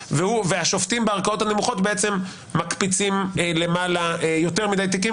והשופטים בערכאות הנמוכות בעצם מקפיצים למעלה יותר מדי תיקים,